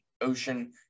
ocean